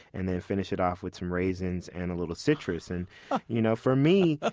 and then finish it off with some raisins and a little citrus. and you know, for me,